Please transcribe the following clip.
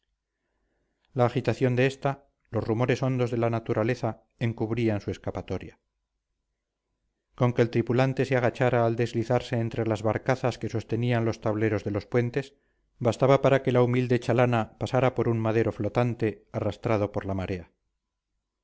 la agitación de esta los rumores hondos de la naturaleza encubrían su escapatoria con que el tripulante se agachara al deslizarse entre las barcazas que sostenían los tableros de los puentes bastaba para que la humilde chalana pasara por un madero flotante arrastrado por la marea